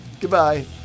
Goodbye